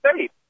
safe